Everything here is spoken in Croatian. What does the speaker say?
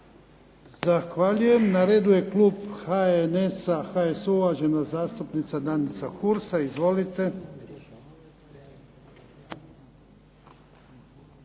Zahvaljujem. Na redu je klub HNS-a, HSU-a, uvažena zastupnica Danica Hursa. Izvolite.